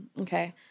Okay